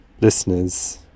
listeners